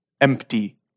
empty